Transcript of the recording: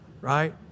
right